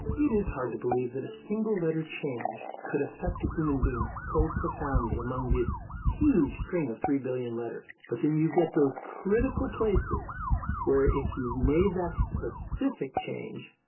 it is hard to believe that a single letter change could affect a human being so profoundly among this huge string of three billion letters. but then you get those critical places where if you've made that specific change,